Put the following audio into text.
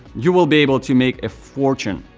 you will be able to make a fortune.